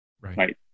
Right